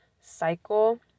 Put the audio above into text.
cycle